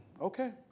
Okay